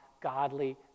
godly